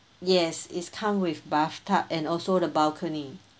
yes it's come with bathtub and also the balcony